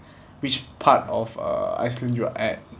which part of uh iceland you are at